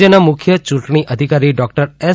રાજ્યના મુખ્ય યૂંટણી અધિકારી ડોક્ટર એસ